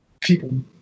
people